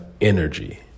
energy